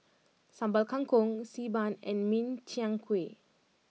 Sambal Kangkong Xi Ban and Min Chiang Kueh